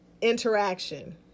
interaction